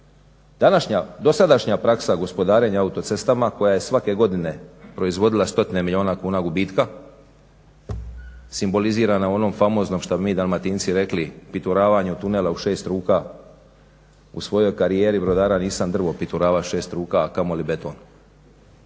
današnja dosadašnja praksa gospodarenja autocestama koja je svake godine proizvodila stotine milijuna kuna gubitka simbolizirana u onom famoznom što bi mi Dalmatinci rekli pituravanju tunela u 6 ruka? U svojoj karijeri brodara nisam drvo piturava 6 ruka, a kamoli beton.